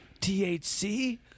THC